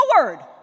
forward